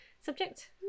subject